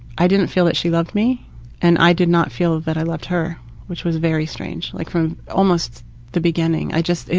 i didn't feel that she loved me and i did not feel that i loved her which was really strange like from almost the beginning. i just,